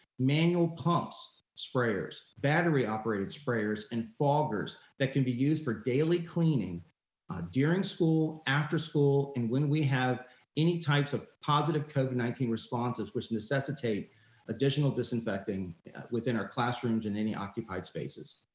manual pumps sprayers, battery operated sprayers and foggers that can be used for daily cleaning during school, after school and when we have any types of positive covid nineteen responses which necessitate additional disinfecting within our classrooms in any occupied spaces.